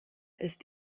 ist